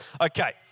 Okay